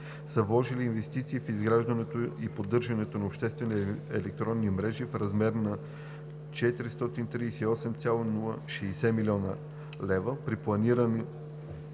са вложили инвестиции в изграждането и поддържането на обществени електронни мрежи в размер на 438,060 млн. лв. при планирани